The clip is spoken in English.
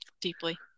Deeply